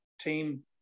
team